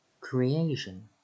Creation